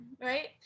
right